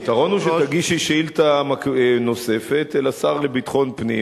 הפתרון הוא שתגישי שאילתא נוספת אל השר לביטחון פנים